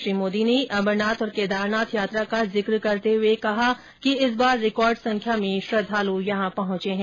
श्री मोदी ने अमरनाथ और केदारनाथ यात्रा का जिक्र करते हुए कहा कि इस बार रिकॉर्ड संख्या में श्रद्वालू यहां पहुंचे है